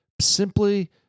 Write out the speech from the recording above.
simply